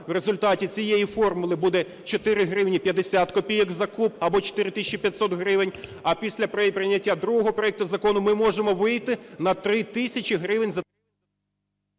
в результаті цієї формули буде 4 гривні 50 копійок за куб, або 4 тисячі 500 гривень, а після прийняття другого проекту закону ми можемо вийти на 3 тисячі гривень....